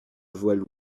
voiles